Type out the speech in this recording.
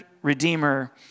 redeemer